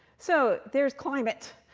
so there's climate.